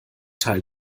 teil